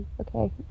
okay